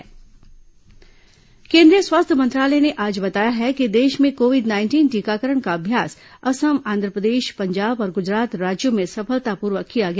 corona टीकाकरण केन्द्रीय स्वास्थ्य मंत्रालय ने आज बताया है कि देश में कोविड नाइंटीन टीकाकरण का अभ्यास असम आंध्र प्रदेश पंजाब और गुजरात राज्यों में सफलतापूर्वक किया गया